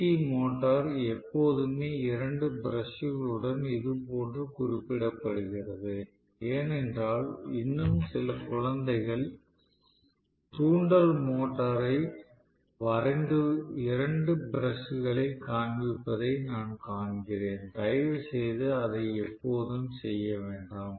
C motor எப்போதுமே இரண்டு பிரஷ்களுடன் இதுபோன்று குறிப்பிடப்படுகிறது ஏனென்றால் இன்னும் சில குழந்தைகள் தூண்டல் மோட்டாரை வரைந்து இரண்டு பிரஷ்களை காண்பிப்பதை நான் காண்கிறேன் தயவுசெய்து அதை எப்போதும் செய்ய வேண்டாம்